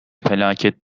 felaketti